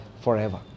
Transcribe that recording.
forever